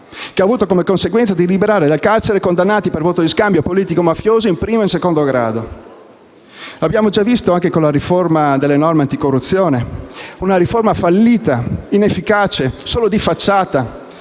che ha avuto la conseguenza di liberare dal carcere i condannati per voto di scambio politico-mafioso in primo e in secondo grado. L'abbiamo già visto anche con la riforma delle norme anticorruzione, una riforma fallita, inefficace, solo di facciata,